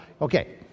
Okay